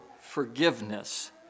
forgiveness